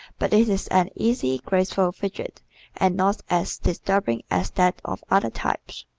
but it is an easy, graceful fidget and not as disturbing as that of other types.